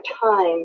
time